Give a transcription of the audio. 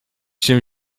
się